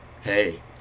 hey